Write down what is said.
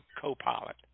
co-pilot